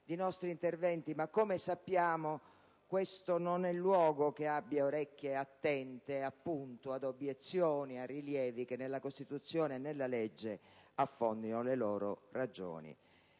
di nostri interventi. Ma, come sappiamo, questo non è luogo che abbia orecchie attente, appunto, ad obiezioni e a rilievi che nella Costituzione e nella legge affondino le loro ragioni.